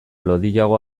lodiago